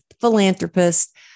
philanthropist